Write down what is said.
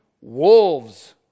wolves